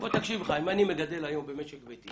תקשיב, אם אני מגדל היום במשק ביתי